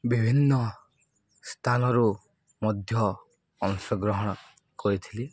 ବିଭିନ୍ନ ସ୍ଥାନରୁ ମଧ୍ୟ ଅଂଶଗ୍ରହଣ କରିଥିଲି